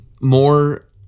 more